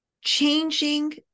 changing